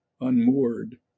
unmoored